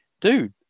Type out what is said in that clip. dude